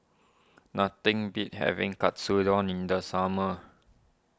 nothing beats having Katsudon in the summer